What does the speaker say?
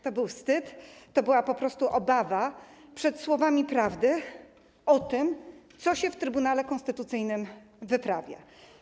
To był wstyd, to była po prostu obawa przed słowami prawdy o tym, co się w Trybunale Konstytucyjnym wyprawia.